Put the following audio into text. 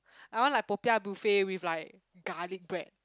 I want like popiah buffet with like garlic bread